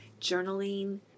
Journaling